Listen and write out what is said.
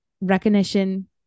recognition